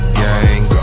gang